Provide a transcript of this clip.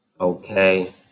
Okay